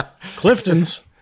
Clifton's